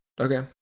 Okay